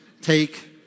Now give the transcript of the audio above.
Take